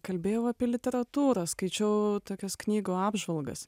kalbėjau apie literatūrą skaičiau tokias knygų apžvalgas